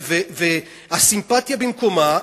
הסימפתיה במקומה,